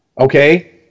okay